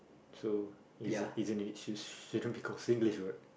so isn't isn't it shouldn't be called Singlish [what]